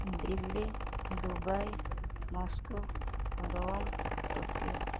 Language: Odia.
Delhi Dubai Moscow Rome Tokyo